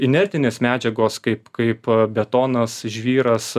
inertinės medžiagos kaip kaip betonas žvyras